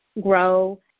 grow